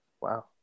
Wow